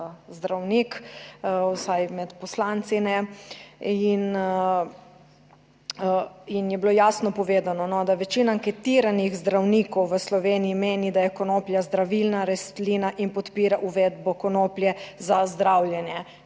zdravnik, vsaj med poslanci - in je bilo jasno povedano, da večina anketiranih zdravnikov v Sloveniji meni, da je konoplja zdravilna rastlina in podpira uvedbo konoplje za zdravljenje.